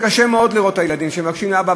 קשה מאוד לראות את הילדים שמבקשים מאבא,